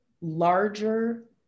larger